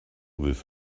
with